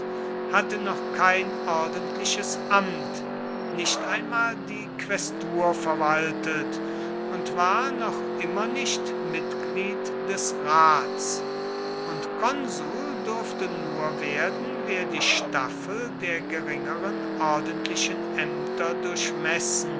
hatte noch kein ordentliches amt nicht einmal die quästur verwaltet und war noch immer nicht mitglied des rats und konsul durfte nur werden wer die staffel der geringeren ordentlichen ämter